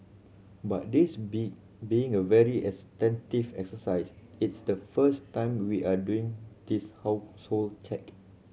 but this be being a very extensive exercise it's the first time we are doing this household check